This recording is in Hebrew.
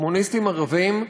קומוניסטים ערבים,